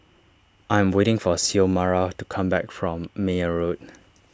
I am waiting for Xiomara to come back from Meyer Road